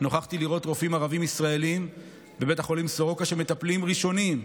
נוכחתי לראות רופאים ערבים ישראלים בבית החולים סורוקה שמטפלים ראשונים,